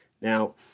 Now